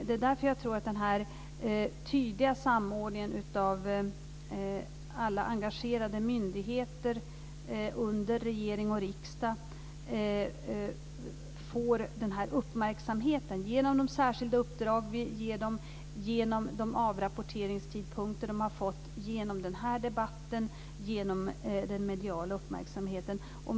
Det är därför jag tror att den tydliga samordningen av alla engagerade myndigheter under regering och riksdag leder till den här uppmärksamheten genom de särskilda uppdrag vi ger dem, genom de avrapporteringstidpunkter de har fått, genom den här debatten och genom den mediala uppmärksamheten.